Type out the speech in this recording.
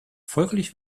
folglich